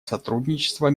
сотрудничества